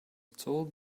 told